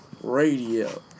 radio